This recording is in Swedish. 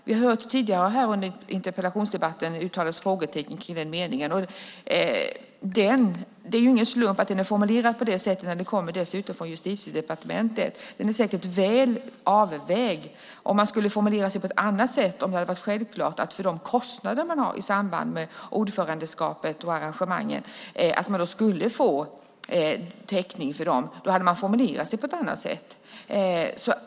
Vi har här tidigare under interpellationsdebatten hört uttalas frågetecken om den meningen. Det är inte en slump att den är formulerad på det sättet när den dessutom kommer från Justitiedepartementet. Den är säkert väl avvägd. Om det hade varit självklart att man skulle få täckning för de kostnader man har i samband med ordförandeskapet och arrangemangen hade den formulerats på ett annat sätt.